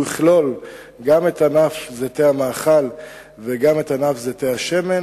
הוא יכלול גם את ענף זיתי המאכל וגם את ענף זיתי השמן,